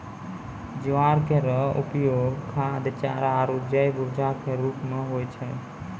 ज्वार केरो उपयोग खाद्य, चारा आरु जैव ऊर्जा क रूप म होय छै